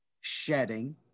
shedding